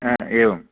एवम्